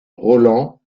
roland